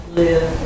live